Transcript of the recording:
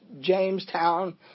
Jamestown